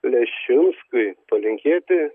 leščinskui palinkėti